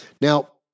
Now